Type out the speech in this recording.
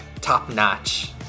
top-notch